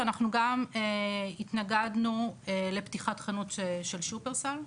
ואנחנו גם התנגדנו לפתיחת חנות של שופרסל,